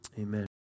amen